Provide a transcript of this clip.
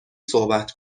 صحبت